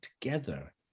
together